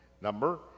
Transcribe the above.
number